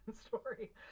story